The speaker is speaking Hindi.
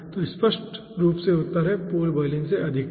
तो स्पष्ट रूप से उत्तर है पूल बॉयलिंग से अधिक ठीक है